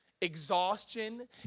Exhaustion